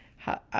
how,